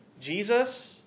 Jesus